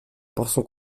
portion